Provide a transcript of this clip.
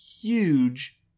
huge